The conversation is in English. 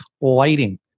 lighting